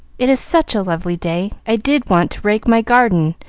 it is such a lovely day, i did want to rake my garden,